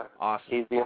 Awesome